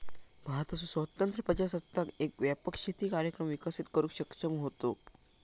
भारताचो स्वतंत्र प्रजासत्ताक एक व्यापक शेती कार्यक्रम विकसित करुक सक्षम होतो